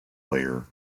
layer